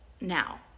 now